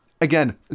Again